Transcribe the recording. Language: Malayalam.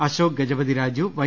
അശോക് ഗജപതിരാജു വൈ